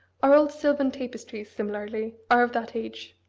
our old silvan tapestries, similarly, are of that age.